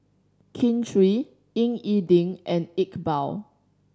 Kin Chui Ying E Ding and Iqbal